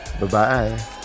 Bye-bye